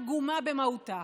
פגומה במהותה.